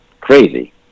crazy